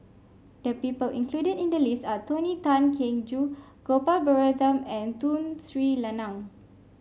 the people included in the list are Tony Tan Keng Joo Gopal Baratham and Tun Sri Lanang